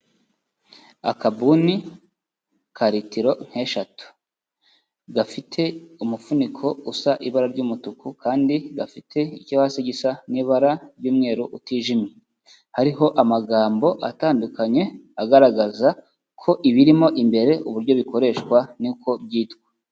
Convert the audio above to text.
Akabuni ka litiro nk'eshatu, gafite umufuniko usa ibara ry'umutuku kandi gafite icyo hasi gisa n'ibara ry'umweru utijimye, hariho amagambo atandukanye agaragaza ko ibirimo imbere uburyo bikoreshwa n'uko byitwa.